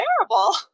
terrible